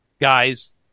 Guys